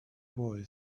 boy